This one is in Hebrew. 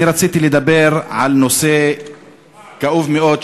אני רציתי לדבר על נושא כאוב מאוד,